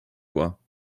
quoi